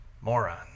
moron